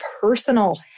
personal